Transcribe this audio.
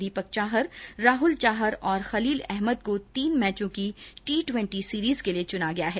दीपक चाहर राहुल चाहर और खलील अहमद को तीन मैचों की टी ट्वेंटी सीरिज के लिये चुना गया है